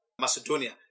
Macedonia